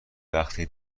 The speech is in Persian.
وقتی